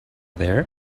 there